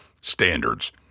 Standards